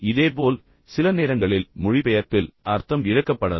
இதேபோல் சில நேரங்களில் மொழிபெயர்ப்பில் அர்த்தம் இழக்கப்படலாம்